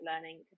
learning